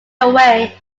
away